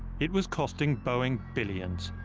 it was costing boeing billions.